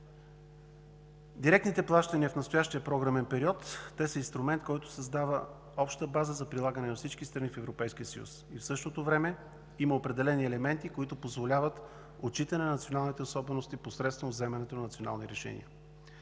Директните плащания в настоящия програмен период са инструмент, който създава обща база за прилагане от всички страни в Европейския съюз. В същото време има определени елементи, които позволяват отчитане на националните особености посредством вземането на национални решения.